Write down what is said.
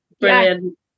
Brilliant